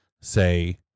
say